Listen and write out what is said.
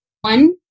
One